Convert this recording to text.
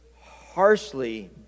harshly